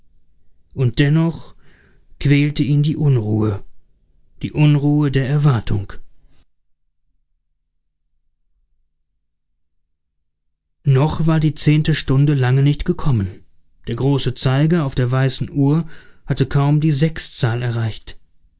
und dennoch quälte ihn die unruhe die unruhe der erwartung noch war die zehnte stunde lange nicht gekommen der große zeiger auf der weißen uhr hatte kaum die sechszahl erreicht